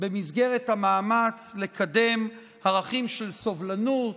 במסגרת המאמץ לקדם ערכים של סובלנות,